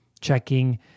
checking